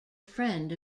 friend